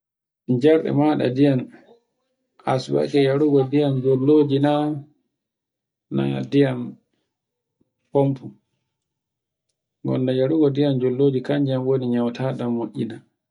Jarɗe maɗa ndiyam, a subake yargo ndiyam jolloji na, na ndiyam famfo. Gonda yarugo ndiyam jolloji kanjan nyawu na tautaɗan mo'ina